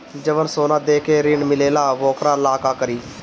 जवन सोना दे के ऋण मिलेला वोकरा ला का करी?